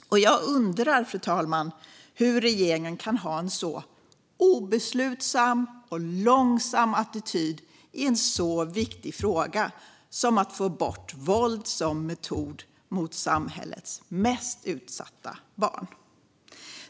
Jag undrar hur regeringen kan ha en så obeslutsam och långsam attityd i en så viktig fråga som att få bort våld som metod mot samhällets mest utsatta barn. Fru talman!